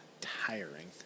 tiring